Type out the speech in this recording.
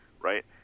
right